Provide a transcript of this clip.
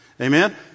Amen